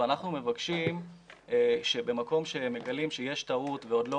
ואנחנו מבקשים שבמקום שמגלים שיש טעות ועוד לא